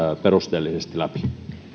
perusteellisesti läpi